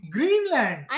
Greenland